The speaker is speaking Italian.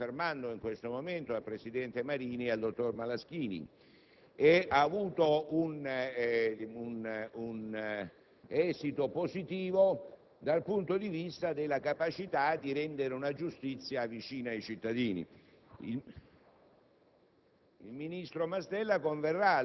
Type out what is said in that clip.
come sicuramente il ministro Mastella starà confermando in questo momento al presidente Marini e al dottor Malaschini, e ha avuto un esito positivo dal punto di vista della capacità di rendere una giustizia vicina ai cittadini.